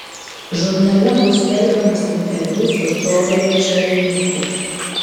žurnale bus skelbiamas interviu su fedoru černychu